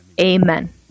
Amen